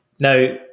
Now